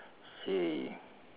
same